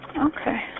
Okay